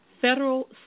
Federal